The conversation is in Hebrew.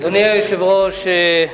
אדוני היושב-ראש,